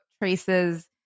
traces